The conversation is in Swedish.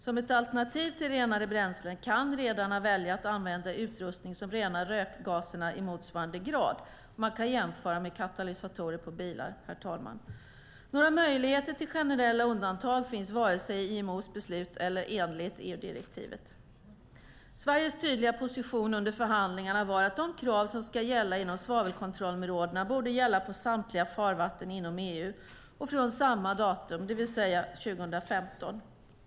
Som ett alternativ till renare bränslen kan redarna välja att använda utrustning som renar rökgaserna i motsvarande grad. Man kan jämföra med katalysatorer på bilar. Några möjligheter till generella undantag finns varken i IMO:s beslut eller enligt EU-direktivet. Sveriges tydliga position under förhandlingarna var att de krav som ska gälla inom svavelkontrollområdena borde gälla på samtliga farvatten inom EU och från samma år, det vill säga 2015.